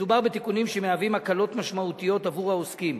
מדובר בתיקונים שיש בהם הקלות משמעותיות בעבור העוסקים.